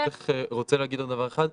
ברשותך, אני רוצה להגיד עוד דבר אחד,